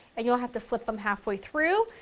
and you'll have to flip them halfway through,